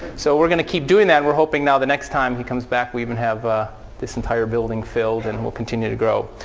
so we're going to keep doing that. we're hoping now the next time he comes back, we even have ah this entire building filled and we'll continue to grow.